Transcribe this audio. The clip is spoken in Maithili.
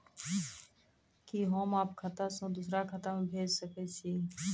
कि होम आप खाता सं दूसर खाता मे भेज सकै छी?